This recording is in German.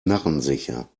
narrensicher